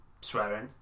swearing